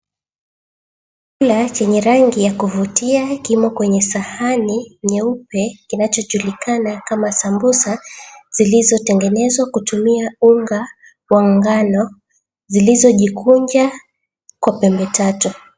Chakula chenye rangi ya kuvutia kimo kwenye sahani nyeupe kinachojulikana kama sambusa zilizotengenezwa kutumia unga wa ngano, zilizojikunja kwa pembe tatu.